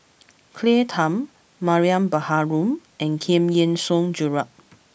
Claire Tham Mariam Baharom and Giam Yean Song Gerald